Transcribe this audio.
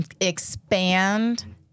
expand